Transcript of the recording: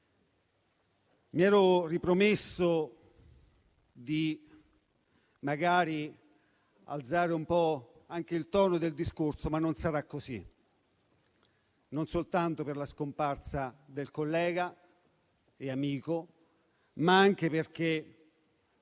Mi ero ripromesso magari di alzare un po' anche il tono del discorso, ma non sarà così, non soltanto per la scomparsa del collega e amico, ma anche perché